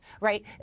right